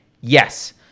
Yes